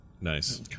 Nice